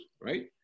right